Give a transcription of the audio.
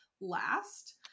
last